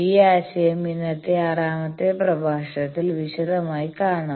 ഈ ആശയം ഇന്നത്തെ ആറാമത്തെ പ്രഭാഷണത്തിൽ വിശദമായി കാണാം